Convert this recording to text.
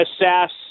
assess